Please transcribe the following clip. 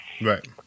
Right